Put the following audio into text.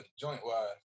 joint-wise